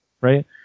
right